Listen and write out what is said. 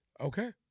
Okay